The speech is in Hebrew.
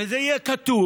וזה יהיה כתוב,